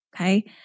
Okay